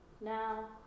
now